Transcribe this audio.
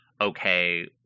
okay